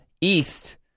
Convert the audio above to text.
East